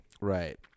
Right